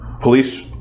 police